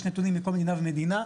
יש נתונים מכל מדינה ומדינה.